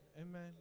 amen